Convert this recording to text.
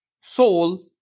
soul